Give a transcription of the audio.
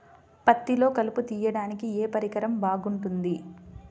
పత్తిలో కలుపు తీయడానికి ఏ పరికరం బాగుంటుంది?